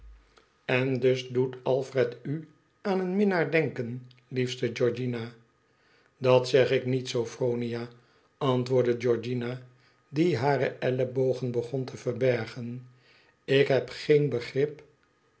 n dus doet alfredu aan een minnaar denken liefste georgiana i dat zeg ik niet sophronia antwoordde georgiana die hare ellebogen begon te verbergen tik heb geen begrip